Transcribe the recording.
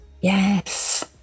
Yes